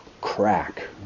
crack